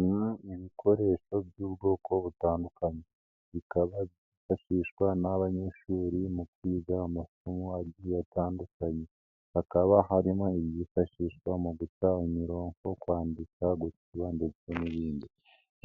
Ni ibikoresho by'ubwoko butandukanye bikaba byifashishwa n'abanyeshuri mu kwiga amasomo agiye atandukanye, hakaba harimo ibyifashishwa mu guca umurongo, kwandika, gusiba ndetse n'ibindi,